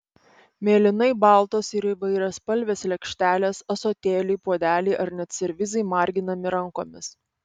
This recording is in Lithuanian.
mėlynai baltos ir įvairiaspalvės lėkštelės ąsotėliai puodeliai ar net servizai marginami rankomis